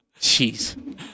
Jeez